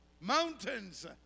Mountains